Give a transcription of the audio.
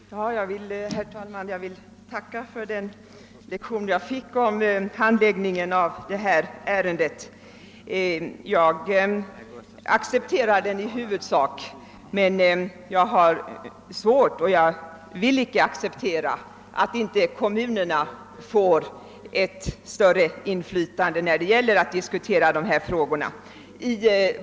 Herr talman! Jag vill tacka för den lektion som jag fick om handläggningen av detta ärende. Jag accepterar handläggningen i huvudsak, men jag vill inte acceptera att kommunerna inte får ett större inflytande vid diskussionen av dessa frågor.